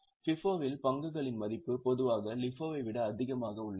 FIFO இல் பங்குகளின் மதிப்பு பொதுவாக LIFO வைவிட அதிகமாக உள்ளது